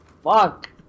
fuck